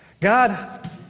God